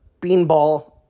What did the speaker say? beanball